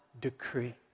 decree